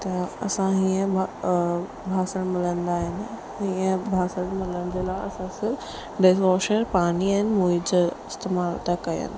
त असां हीअं ब ॿासण मलंदा आहिनि हीअं ॿासण मलण जे लाइ असां सिर्फ़ डिशवॉशर पाणी ऐं मुई जो इस्तेमालु था कयनि